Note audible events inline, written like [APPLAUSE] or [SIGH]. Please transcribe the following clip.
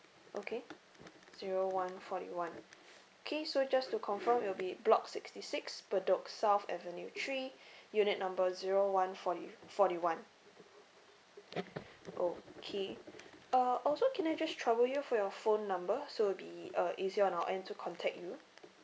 okay zero one forty one okay so just to confirm [NOISE] it'll be block sixty six bedok south avenue three [BREATH] unit number zero one forty forty one [NOISE] okay uh also can I just trouble you for your phone number so it'll be uh easier on our end to contact you